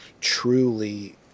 truly